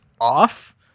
off